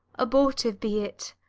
abortive be it,